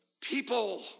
People